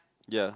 ya